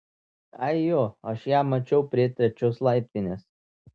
ai jo aš ją mačiau prie trečios laiptinės